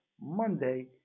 Monday